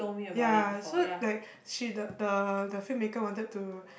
ya so like she the the the film maker wanted to